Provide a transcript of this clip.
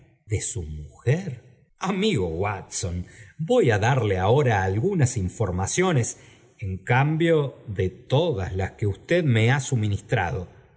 de su mujer amigo watson voy á darle abora algunas informaciones en cambio de todas las que usted me ha suministrado